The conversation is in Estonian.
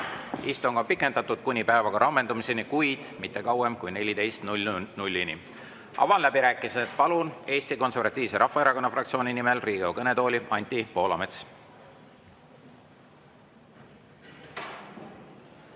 Istung on pikendatud kuni päevakorra ammendumiseni, kuid mitte kauem kui 14‑ni. Avan läbirääkimised. Palun Eesti Konservatiivse Rahvaerakonna fraktsiooni nimel Riigikogu kõnetooli Anti Poolametsa.